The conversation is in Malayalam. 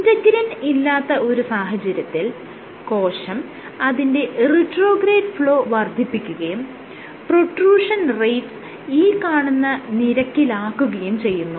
ഇന്റെഗ്രിൻ ഇല്ലാത്ത ഒരു സാഹചര്യത്തിൽ കോശം അതിന്റെ റിട്രോഗ്രേഡ് ഫ്ലോ വർദ്ധിപ്പിക്കുകയും പ്രൊട്രൂഷൻ റേറ്റ് ഈ കാണുന്ന നിരക്കിലാക്കുകയും ചെയ്യുന്നു